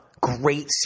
Great